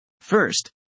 First